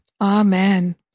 Amen